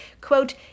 quote